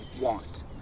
want